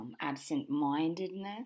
Absent-mindedness